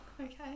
okay